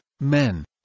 men